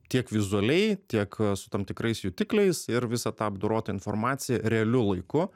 tiek vizualiai tiek su tam tikrais jutikliais ir visą tą apdorotą informaciją realiu laiku